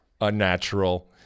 unnatural